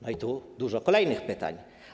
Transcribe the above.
No i tu dużo kolejnych pytań.